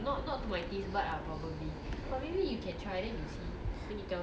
you buy the which [one] I heard the paling trend nya kan is the colour pink tu